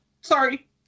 Sorry